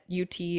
UT